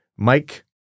Mike